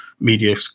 media